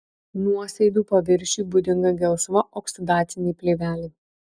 nuosėdų paviršiui būdinga gelsva oksidacinė plėvelė